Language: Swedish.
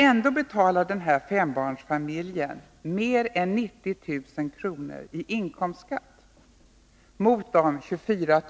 Ändå betalar den mer än 90 000 kr. bara i inkomstskatt, mot de 24